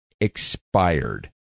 expired